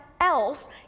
else